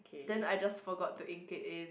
then I just forgot to ink it in